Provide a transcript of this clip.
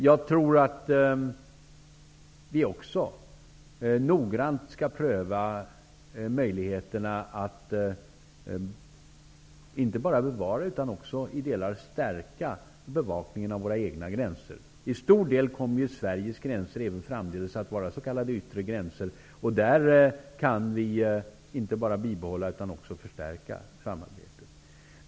Jag tror att vi också noggrant skall pröva möjligheterna att inte bara bevara utan också i delar stärka bevakningen av våra egna gränser. Till stor del kommer ju Sveriges gränser även framdeles att vara s.k. yttre gränser. Där kan vi inte bara bibehålla utan också förstärka samarbetet.